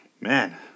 man